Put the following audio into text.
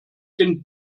tin